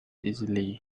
easily